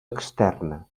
externa